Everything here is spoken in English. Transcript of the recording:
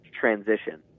transition